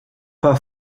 pas